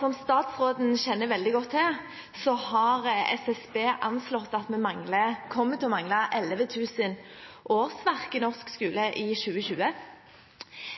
Som statsråden kjenner veldig godt til, har SSB anslått at vi kommer til å mangle 11 000 årsverk i norsk skole i 2020.